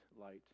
light